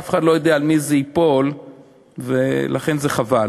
ואף אחד לא יודע על מי זה ייפול, ולכן זה חבל.